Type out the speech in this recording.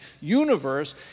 universe